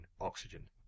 oxygen